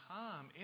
time